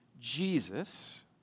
Jesus